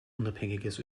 unabhängiges